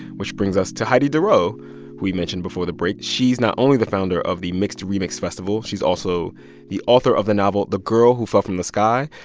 which brings us to heidi durrow, who we mentioned before the break. she's not only the founder of the mixed remixed festival. she's also the author of the novel the girl who fell from the sky.